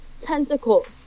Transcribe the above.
tentacles